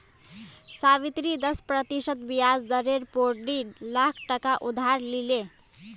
सावित्री दस प्रतिशत ब्याज दरेर पोर डी लाख टका उधार लिले